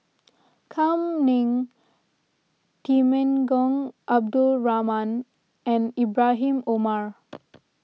Kam Ning Temenggong Abdul Rahman and Ibrahim Omar